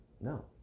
no